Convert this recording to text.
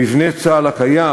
במבנה צה"ל הקיים,